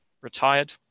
retired